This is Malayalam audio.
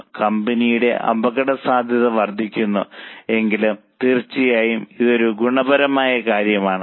അതിനാൽ കമ്പനിയുടെ അപകടസാധ്യത വർദ്ധിക്കുന്നത് തീർച്ചയായും ഗുണപരമായ പ്രശ്നങ്ങളാണ്